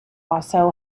also